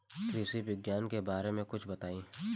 कृषि विज्ञान के बारे में कुछ बताई